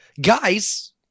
Guys